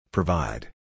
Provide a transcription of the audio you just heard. Provide